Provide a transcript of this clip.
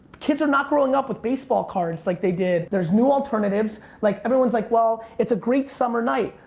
kids are not growing up with baseball cards like they did. there's new alternatives, like everyone's like well, it's a great summer night.